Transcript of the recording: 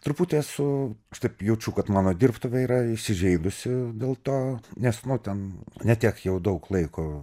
truputį esu taip jaučiu kad mano dirbtuvė yra įsižeidusi dėl to nes nu ten ne tiek jau daug laiko